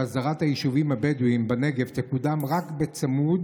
שהסדרת היישובים הבדואיים בנגב תקודם רק בצמוד